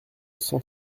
cent